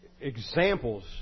examples